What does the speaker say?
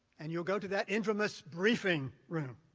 and you'll go to that infamous briefing room.